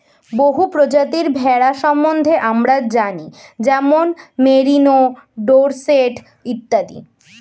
বহু প্রজাতির ভেড়া সম্বন্ধে আমরা জানি যেমন মেরিনো, ডোরসেট ইত্যাদি